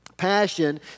passion